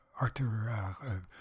Arthur